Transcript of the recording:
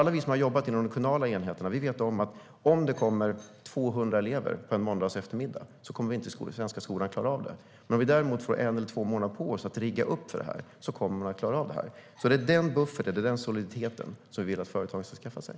Alla vi som har jobbat i de kommunala enheterna vet nämligen att den svenska skolan inte klarar av om det kommer 200 nya elever en måndagseftermiddag. Om vi däremot får en eller två månader på oss att rigga för det klarar man av det. Det är alltså den bufferten och soliditeten vi vill att företagen ska skaffa sig.